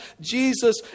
Jesus